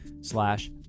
slash